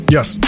Yes